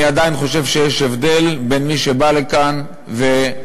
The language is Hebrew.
אני עדיין חושב שיש הבדל בין מי שבא לכאן ונהרג,